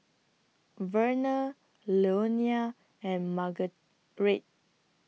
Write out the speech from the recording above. Verner Leonia and Marguerite